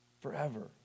forever